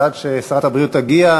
עד ששרת הבריאות תגיע,